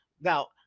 now